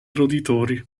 roditori